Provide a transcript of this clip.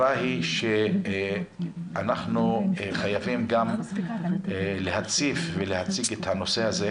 אנחנו חייבים להציף ולהציג את הנושא הזה.